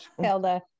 Hilda